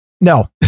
no